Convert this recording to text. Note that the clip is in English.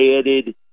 added